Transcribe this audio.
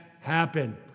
happen